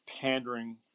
pandering